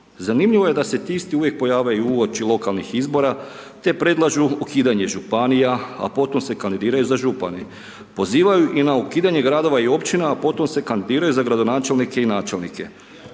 Zanimljivo je da se ti isti uvijek pojave uoči lokalnih izbora te predlažu ukidanje županija a potom se kandidiraju za župane. Pozivaju i na ukidanje gradova i općina a potom se kandidiraju za gradonačelnike i načelnike.